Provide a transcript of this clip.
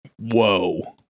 Whoa